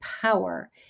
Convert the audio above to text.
power